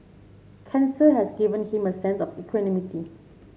cancer has given him a sense of equanimity